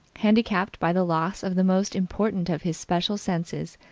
handicapped by the loss of the most important of his special senses,